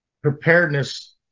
preparedness